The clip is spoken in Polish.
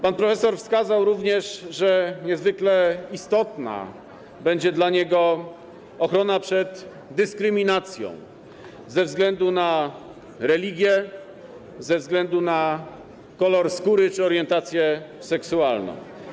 Pan profesor wskazał również, że niezwykle istotna będzie dla niego ochrona przed dyskryminacją ze względu na religię, kolor skóry czy orientację seksualną.